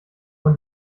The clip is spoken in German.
man